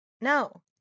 No